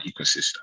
ecosystem